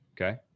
Okay